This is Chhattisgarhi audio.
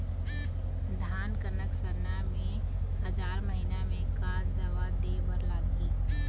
धान कनक सरना मे हजार महीना मे का दवा दे बर लगही?